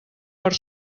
per